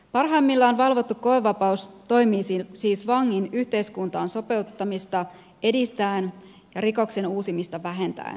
parhaimmillaan valvottu koevapaus toimii siis vangin yhteiskuntaan sopeuttamista edistäen ja rikoksen uusimista vähentäen